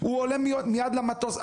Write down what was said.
הוא עולה מייד למטוס.